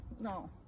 no